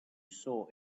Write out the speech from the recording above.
saw